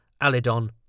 Alidon